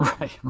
Right